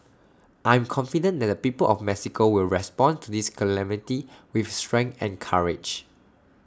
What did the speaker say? I am confident that the people of Mexico will respond to this calamity with strength and courage